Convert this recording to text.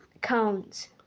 cones